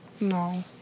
No